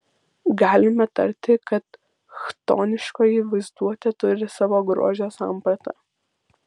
galime tarti kad chtoniškoji vaizduotė turi savo grožio sampratą